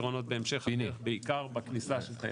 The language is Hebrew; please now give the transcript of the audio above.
פתרונות בהמשך בעיקר בכניסה של תיירים.